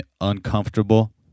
uncomfortable